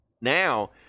Now